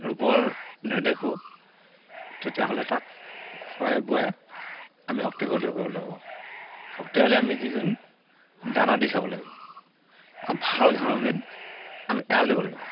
ৰূপত নেদেখোঁ তেতিয়াহ'লে তাক খুৱাই বোৱাই আমি শক্তিগত কৰিব লাগিব শক্তিশালী আমি কি কৰিম দানা দি চাব লাগিব আৰু ভাল ঘাঁহখিনিত আমি এৰাল দিব লাগিব